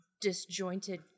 disjointed